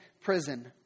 prison